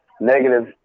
negative